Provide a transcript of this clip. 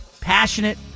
passionate